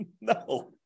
No